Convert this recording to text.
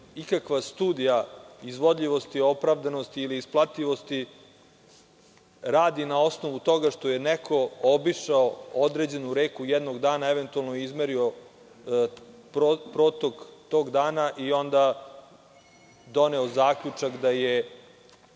ikakva studija izvodljivosti, opravdanosti ili isplativosti radi na osnovu toga što je neko obišao određenu reku jednog dana i eventualno izmerio protok tog dana i onda doneo zaključak da je